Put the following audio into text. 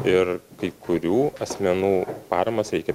ir kai kurių asmenų paramas reikia